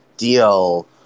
deal